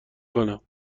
کنم